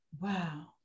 wow